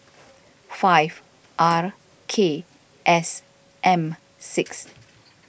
five R K S M six